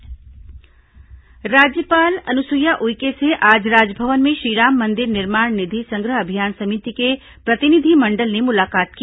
राज्यपाल राम मंदिर राज्यपाल अनुसुईया उइके से आज राजभवन में श्रीराम मंदिर निर्माण निधि संग्रह अभियान समिति के प्रतिनिधिमंडल ने मुलाकात की